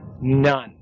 None